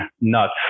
nuts